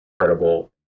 incredible